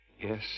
yes